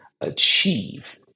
achieve